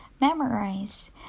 memorize